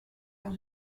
dans